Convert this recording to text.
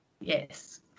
yes